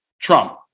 Trump